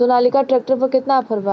Sonalika tractor पर केतना offer बा?